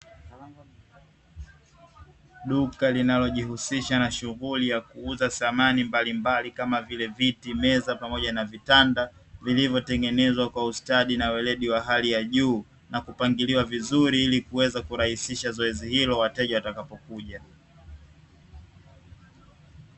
Duka linalojihusisha na shughuli ya kuuza samani mbalimbali, kama vile: viti, meza pamoja na vitanda; vilivyotengenezwa kwa ustadi na weledi wa hali ya juu, na kupangiliwa vizuri ili kuweza kurahisisha zoezi hilo wateja watakapokuja.